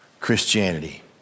Christianity